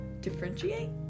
differentiate